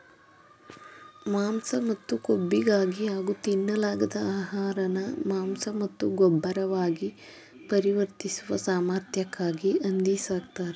ಮಾಂಸ ಮತ್ತು ಕೊಬ್ಬಿಗಾಗಿ ಹಾಗೂ ತಿನ್ನಲಾಗದ ಆಹಾರನ ಮಾಂಸ ಮತ್ತು ಗೊಬ್ಬರವಾಗಿ ಪರಿವರ್ತಿಸುವ ಸಾಮರ್ಥ್ಯಕ್ಕಾಗಿ ಹಂದಿ ಸಾಕ್ತರೆ